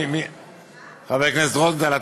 חבר הכנסת רוזנטל,